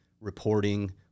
reporting